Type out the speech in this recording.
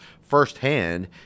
firsthand